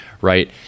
right